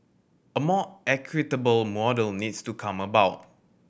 a more equitable model needs to come about